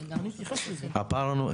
תודה.